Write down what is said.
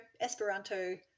Esperanto